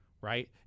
right